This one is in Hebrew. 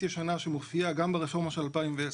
שמופיעה גם ברפורמה של 2010,